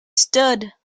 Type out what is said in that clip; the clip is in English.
stood